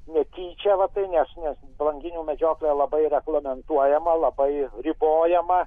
netyčia va ti nes nes banginių medžioklė labai reglamentuojama labai ribojama